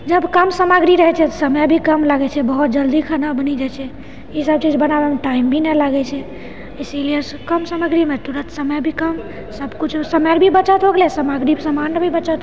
जब कम सामग्री रहै छै तऽ समय भी कम लगै छै बहुत जल्दी खाना बनि जाइ छै ई सभ चीज बनाबैमे टाइम भी नहि लागै छै इसीलिए कम सामग्रीमे तुरत समय भी कम सभकिछु समयके भी बचत हो गेलै सामग्री समानके भी बचत